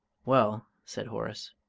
well, said horace,